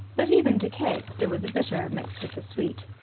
but even to keggs there was a bitter mixed with the sweet.